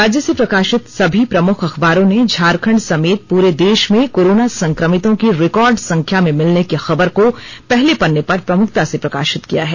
राज्य से प्रकाशित सभी प्रमुख अखबारों ने झारखंड समेत पूरे देश में कोरोना संक्रमितों की रिकॉर्ड संख्या में मिलने की खबर को पहले पन्ने पर प्रमुखता से प्रकाशित किया है